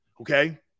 okay